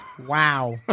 Wow